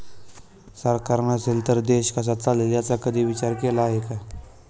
सरकार नसेल तर देश कसा चालेल याचा कधी विचार केला आहे का?